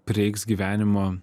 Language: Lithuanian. prireiks gyvenimo